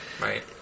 Right